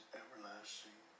everlasting